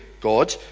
God